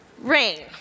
rain